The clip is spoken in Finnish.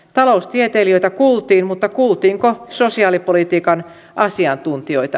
taloustieteilijöitä kuultiin mutta kuultiinko sosiaalipolitiikan asiantuntijoita